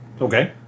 Okay